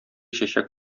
чәчәк